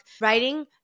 writing